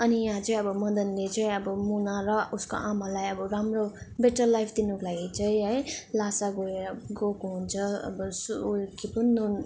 अनि यहाँ चाहिँ अब मदनले चाहिँ अब मुना र उसको आमालाई अब राम्रो बेटर लाइफ दिनुको लागि चाहिँ है ल्हासा गएर गएको हुन्छ अब उयो के पो नुन